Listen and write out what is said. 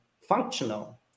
functional